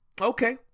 Okay